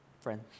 friends